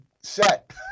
set